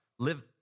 live